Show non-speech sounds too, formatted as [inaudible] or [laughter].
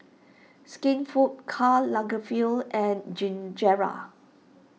Skinfood Karl Lagerfeld and [unintelligible]